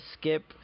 skip